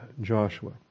Joshua